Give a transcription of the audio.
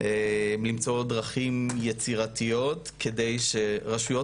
למצוא דרכים יצירתיות כדי שרשויות